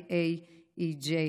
AAEJ,